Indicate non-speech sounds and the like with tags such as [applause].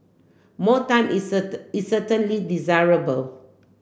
more time is [unintelligible] is certainly desirable